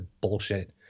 bullshit